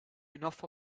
enough